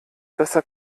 besser